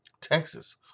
Texas